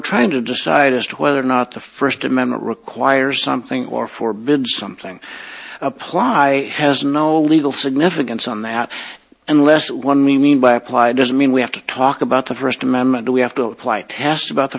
trying to decide as to whether or not the first amendment requires something or forbidden something apply has no legal significance on that unless one meaning by apply doesn't mean we have to talk about the first amendment or we have to apply test about the